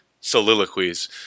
soliloquies